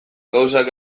gauzak